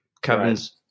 Kevin's